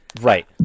Right